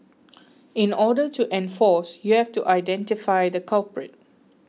in order to enforce you have to identify the culprit